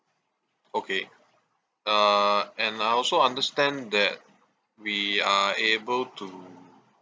okay uh and I also understand that we are able to